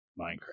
Minecraft